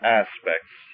aspects